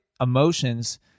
emotions